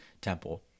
Temple